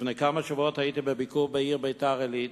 לפני כמה שבועות הייתי בביקור בעיר ביתר-עילית.